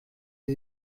sie